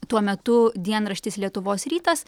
tuo metu dienraštis lietuvos rytas